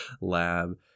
lab